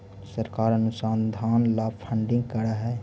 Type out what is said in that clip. सरकार अनुसंधान ला फंडिंग करअ हई